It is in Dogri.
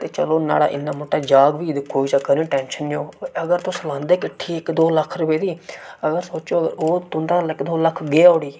ते चलो नाड़ा इन्ना मुट्टा जाह्ग बी ते कोई चक्कर नी टेंशन नी होग अगर तुस लांदे किट्ठी इक्क दो लक्ख रपेऽ दी अगर सोचो ओह् तुं'दा दो लक्ख गेआ उठी